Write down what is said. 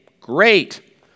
great